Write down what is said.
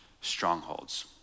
strongholds